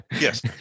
yes